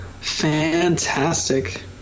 fantastic